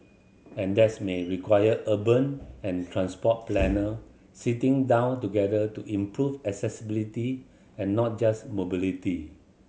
and that's may require urban and transport planner sitting down together to improve accessibility and not just mobility